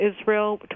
Israel